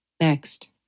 Next